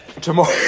Tomorrow